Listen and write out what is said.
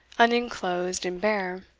unenclosed, and bare.